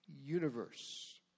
universe